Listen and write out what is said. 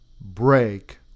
break